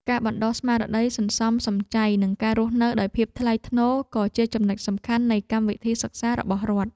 ការបណ្តុះស្មារតីសន្សំសំចៃនិងការរស់នៅដោយភាពថ្លៃថ្នូរក៏ជាចំណុចសំខាន់នៃកម្មវិធីសិក្សារបស់រដ្ឋ។